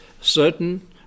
certain